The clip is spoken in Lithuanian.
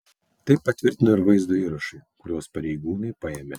tai patvirtino ir vaizdo įrašai kuriuos pareigūnai paėmė